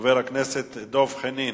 חבר הכנסת דב חנין,